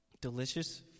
delicious